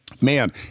Man